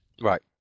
Right